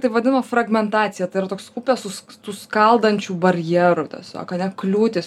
tai vadina fragmentacija tai yra toks upės tų skaldančių barjerų tiesiog ane kliūtys